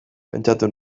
pentsatu